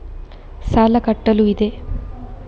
ಸಾಲ ಕಟ್ಟಲು ಇದೆ